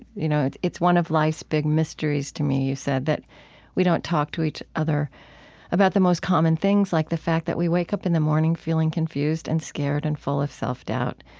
you know it's it's one of life's big mysteries to me, you said, that we don't talk to each other about the most common things, like the fact that we wake up in the morning feeling confused and scared and full of self-doubt.